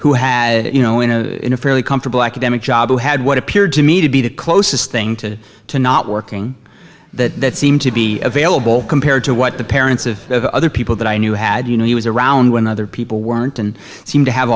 who had you know in a in a fairly comfortable academic job who had what appeared to me to be the closest thing to to not working that seemed to be available compared to what the parents of other people that i knew had you know he was around when other people weren't and seemed to have